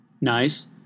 Nice